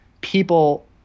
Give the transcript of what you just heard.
people